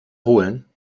wiederholen